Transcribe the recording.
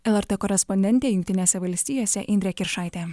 lrt korespondentė jungtinėse valstijose indrė kiršaitė